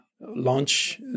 launch